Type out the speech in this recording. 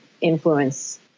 influence